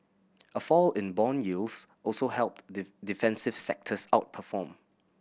a fall in bond yields also helped defensive sectors outperform